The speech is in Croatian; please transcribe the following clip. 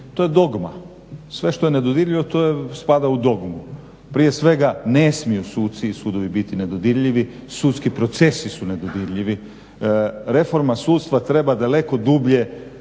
To je dogma. Sve što je nedodirljivo to spada u dogmu. Prije svega ne smiju suci i sudovi biti nedodirljivi, sudski procesi su nedodirljivi. Reforma sudstva treba daleko dublje